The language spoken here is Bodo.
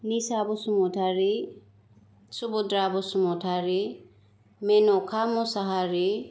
निसा बसुमथारि सुब'द्रा बुसुमथारि मेन'का मुसाहारि